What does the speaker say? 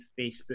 Facebook